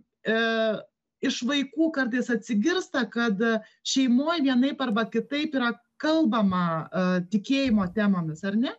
e iš vaikų kartais atsigirsta kad šeimoj vienaip arba kitaip yra kalbama a tikėjimo temomis ar ne